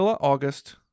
August